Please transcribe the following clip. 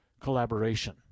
collaboration